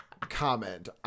Comment